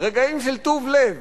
רגעים של טוב לב